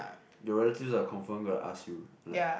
your relatives are confirm gonna ask you like